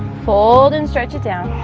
fold and stretch it down